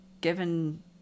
given